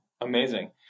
Amazing